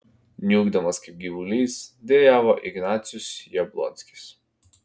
niūkdamas kaip gyvulys dejavo ignacius jablonskis